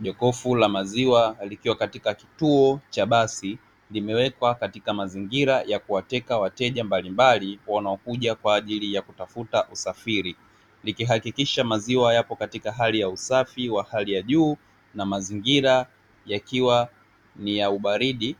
Jokofu la maziwa likiwa katika kituo cha basi, limewekewa katika mazingira ya kuwateka wateja mbalimbali wanaokuja kwa ajili ya kutafuta usafiri, ikihakikisha maziwa yapo katika hali ya usafi wa hali ya juu na mazingira yakiwa ni ya ubaridi,